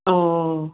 ꯑꯣ